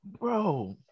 Bro